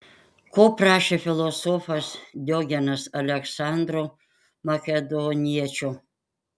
ko prašė filosofas diogenas aleksandro makedoniečio